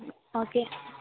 okay